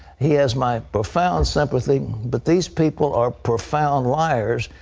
he has my profound sympathy. but these people are profound liars.